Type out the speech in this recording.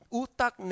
utak